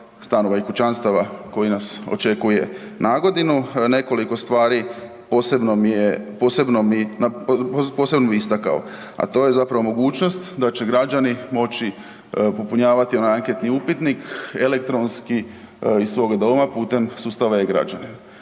stanova i kućanstava koji nas očekuje nagodinu. Nekoliko stvari posebno bih istakao, a to je zapravo mogućnost da će građani moći popunjavati onaj anketni upitnik elektronski iz svog doma putem sustava e-Građani.